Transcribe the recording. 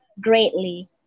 greatly